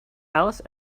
alice